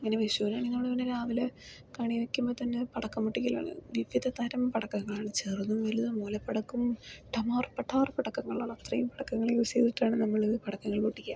ഇങ്ങനെ വിഷുവിന് നമ്മൾ രാവിലെ കണി വെക്കുമ്പോൾ തന്നെ പടക്കം പൊട്ടിക്കലാണ് വിവിധ തരം പടക്കങ്ങളാണ് ചെറുതും വലുതും ഓല പടക്കം ടമാർ പടാർ പടക്കങ്ങളാണ് അത്രയും പടക്കങ്ങൾ യൂസ് ചെയ്തിട്ടാണ് നമ്മൾ പടക്കങ്ങൾ പൊട്ടിക്കുക